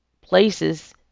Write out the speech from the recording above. places